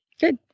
Good